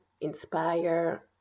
inspire